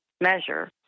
measure